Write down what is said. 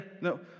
No